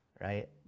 right